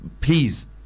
please